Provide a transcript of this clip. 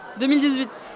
2018